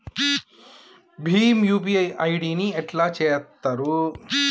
Bhim UPI ID ని ఎట్లా చేత్తరు?